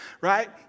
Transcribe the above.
right